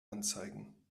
anzeigen